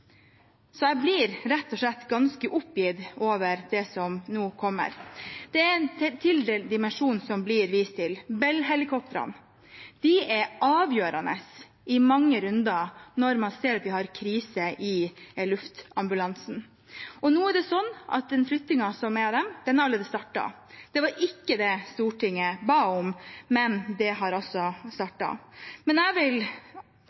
Jeg blir rett og slett ganske oppgitt over det som nå kommer. Det er enda en dimensjon som det blir vist til: Bell-helikoptrene. De er avgjørende i mange runder når man ser at vi har krise i luftambulansen. Nå er det sånn at flyttingen av dem allerede har startet. Det var ikke det Stortinget ba om, men det har altså startet. Jeg vil